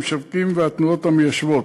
המשווקים והתנועות המיישבות.